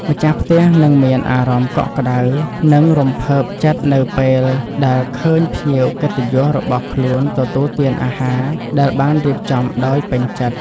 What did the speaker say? ម្ចាស់ផ្ទះនឹងមានអារម្មណ៍កក់ក្តៅ និងរំភើបចិត្តនៅពេលដែលឃើញភ្ញៀវកិត្តិយសរបស់ខ្លួនទទួលទានអាហារដែលបានរៀបចំដោយពេញចិត្ត។